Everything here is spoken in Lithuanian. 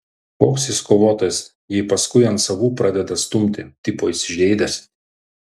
koks jis kovotojas jei paskui ant savų pradeda stumti tipo įsižeidęs